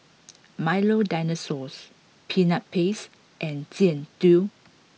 Milo Dinosaurs Peanut Paste and Jian Dui